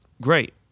Great